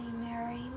Mary